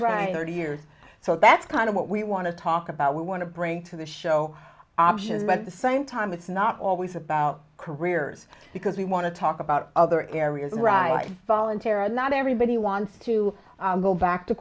right or to yours so that's kind of what we want to talk about we want to bring to the show options but at the same time it's not always about careers because we want to talk about other areas and right voluntarily not everybody wants to go back to